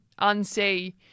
unsee